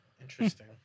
Interesting